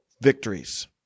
Victories